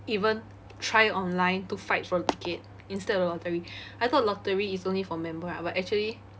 even try online to fight for ticket instead of lottery I thought lottery is only for member right but actually